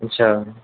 अच्छा